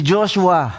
Joshua